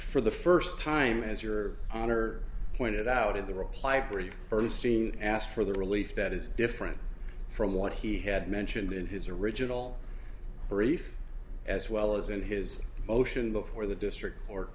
for the first time as your honor pointed out in the reply brief ernestine asked for the relief that is different from what he had mentioned in his original brief as well as in his motion before the district or